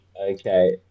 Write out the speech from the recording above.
Okay